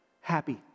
happy